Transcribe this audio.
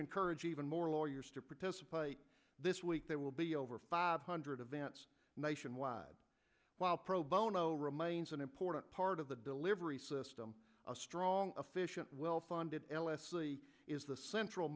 encourage even more lawyers to participate this week there will be over five hundred events nationwide while pro bono remains an important part of the delivery system a strong officiant well funded is the central